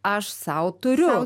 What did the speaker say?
aš sau turiu